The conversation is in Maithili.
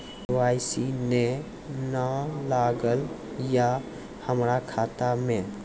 के.वाई.सी ने न लागल या हमरा खाता मैं?